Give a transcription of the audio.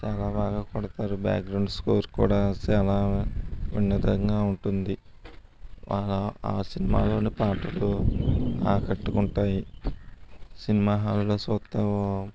చాలా బాగా కొడతారు బ్యాక్గ్రౌండ్ స్కోర్ కూడా చాలా ఉన్నతంగా ఉంటుంది బాగా ఆ సినిమాలోని పాటలు ఆకట్టుకుంటాయి సినిమా హాల్లో చూస్తే